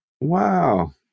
Wow